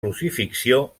crucifixió